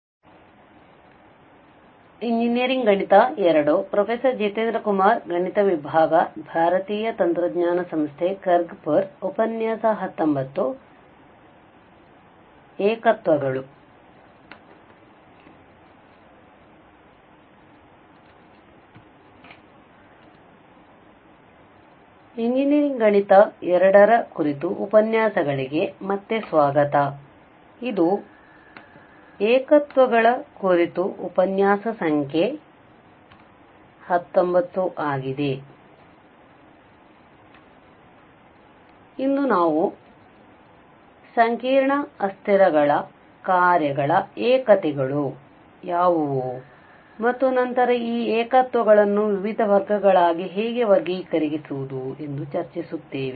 ಆದ್ದರಿಂದ ಇಂದು ನಾವು ಸಂಕೀರ್ಣ ಅಸ್ಥಿರಗಳ ಕಾರ್ಯಗಳ ಏಕತೆಗಳು ಯಾವುವು ಮತ್ತು ನಂತರ ಈ ಏಕತ್ವಗಳನ್ನು ವಿವಿಧ ವರ್ಗಗಳಾಗಿ ಹೇಗೆ ವರ್ಗೀಕರಿಸುವುದು ಎಂದು ಚರ್ಚಿಸುತ್ತೇವೆ